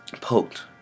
poked